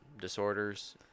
disorders